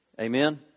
Amen